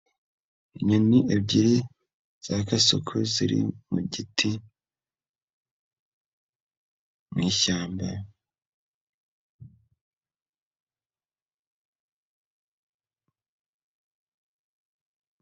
Inyoni ebyiri za kasuku ziri mu giti mu ishyamba.